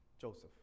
Joseph